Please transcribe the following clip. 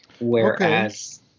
Whereas